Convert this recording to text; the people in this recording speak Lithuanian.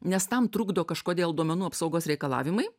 nes tam trukdo kažkodėl duomenų apsaugos reikalavimai